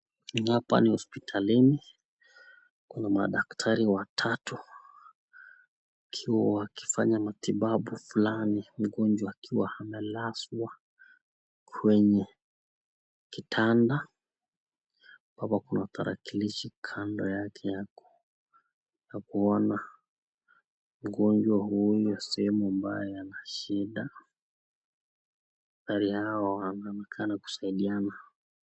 Hapa ni hosipitalini, kuna madaktari watatu ikiwa wakifanya matibabu fulani mgonjwa akiwa amelazwa kwenye kitanda ambapo kuna tarakilishi kando yake ya kuona mgonjwa huyo sehemu ambayo anashida, hali yao wanaonekana kusaidiana.